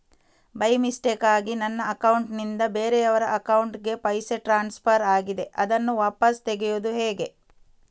By ಮಿಸ್ಟೇಕಾಗಿ ನನ್ನ account ನಿಂದ ಬೇರೆಯವರ ಅಕೌಂಟ್ ಗೆ ಪೈಸೆ ಟ್ರಾನ್ಸ್ಫರ್ ಆಗಿದೆ ಅದನ್ನು ವಾಪಸ್ ತೆಗೆಯೂದು ಹೇಗೆ?